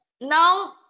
Now